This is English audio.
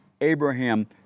Abraham